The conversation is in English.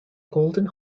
golden